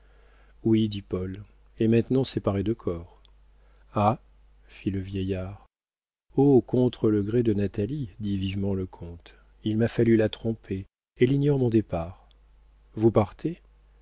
oui dit paul et maintenant séparée de corps ah fit le vieillard oh contre le gré de natalie dit vivement le comte il m'a fallu la tromper elle ignore mon départ vous partez